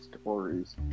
stories